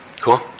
cool